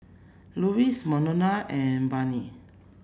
Lewis Monna and Brittaney